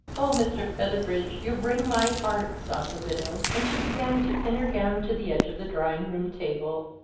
oh, mr. featherbridge, you wring my heart! sobbed the widow and she began to pin her gown to the edge of the drawing-room table.